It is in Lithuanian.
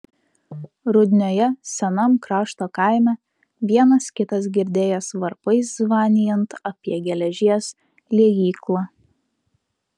rudnioje senam krašto kaime vienas kitas girdėjęs varpais zvanijant apie geležies liejyklą